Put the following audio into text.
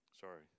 sorry